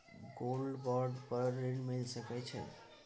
Gold bond पर ऋण मिल सके छै?